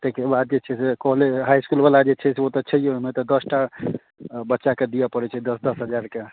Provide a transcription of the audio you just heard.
ताहिके बाद जे छै से कॉले हाइ इस्कुलवला जे छै से ओ तऽ छैहे ओहिमे तऽ दस टा बच्चाके दिअ पड़ैत छै दस दस हजारके